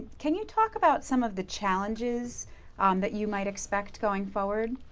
can you talk about some of the challenges um that you might expect going forward?